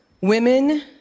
women